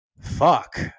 fuck